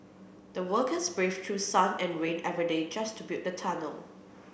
the workers braved through sun and rain every day just to build the tunnel